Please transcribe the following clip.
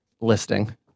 listing